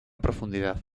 profundidad